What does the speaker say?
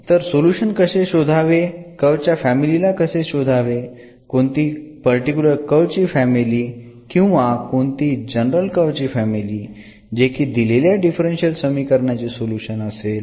तर सोल्युशन कसे शोधावे कर्व च्या फॅमिली ला कसे शोधावे कोणती पर्टिकुलर कर्व ची फॅमिली किंवा कोणती जनरल कर्व ची फॅमिली जे की दिलेल्या डिफरन्शियल समीकरणाचे सोल्युशन असेल